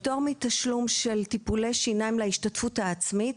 פטור מתשלום של טיפולי שיניים להשתתפות העצמית,